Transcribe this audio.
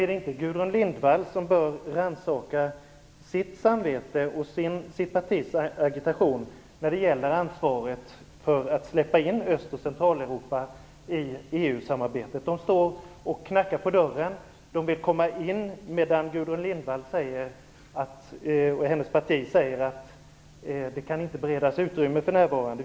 Är det inte Gudrun Lindvall som bör rannsaka sitt samvete och sitt partis agitation när det gäller ansvaret för att släppa in Öst och Centraleuropa i EU-samarbetet? Dessa länder står och knackar på dörren och vill komma in, medan Gudrun Lindvall och hennes parti säger att de för närvarande inte kan beredas utrymme.